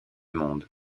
monde